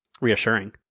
reassuring